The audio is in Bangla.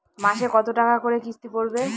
মাসে কত টাকা করে কিস্তি পড়বে?